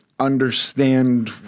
Understand